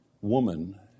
woman